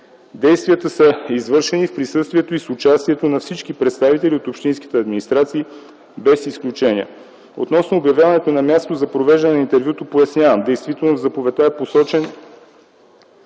Действията са извършени в присъствието и с участието на всички представители от общинските администрации без изключение. Относно обявяването на място за провеждане на интервюто пояснявам: действително в заповедта е посочен